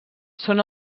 són